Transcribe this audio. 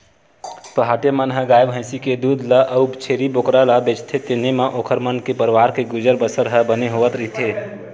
पहाटिया मन ह गाय भइसी के दूद ल अउ छेरी बोकरा ल बेचथे तेने म ओखर मन के परवार के गुजर बसर ह बने होवत रहिथे